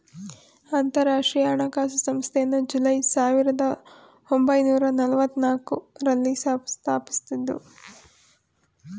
ಅಂತರಾಷ್ಟ್ರೀಯ ಹಣಕಾಸು ಸಂಸ್ಥೆಯನ್ನು ಜುಲೈ ಸಾವಿರದ ಒಂಬೈನೂರ ನಲ್ಲವತ್ತನಾಲ್ಕು ರಲ್ಲಿ ಸ್ಥಾಪಿಸಿದ್ದ್ರು